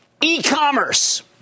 e-commerce